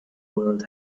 world